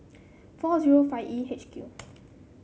four zero five E H Q